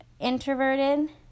introverted